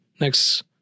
next